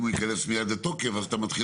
אם הוא ייכנס מיד לתוקף אז אתה מתחיל